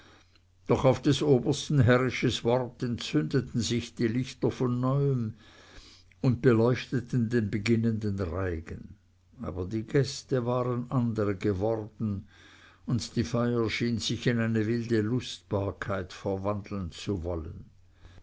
doch auf des obersten herrisches wort entzündeten sich die lichter von neuem und beleuchteten den beginnenden reigen aber die gäste waren andere geworden und die feier schien sich in eine wilde lustbarkeit verwandeln zu wollen